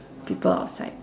people outside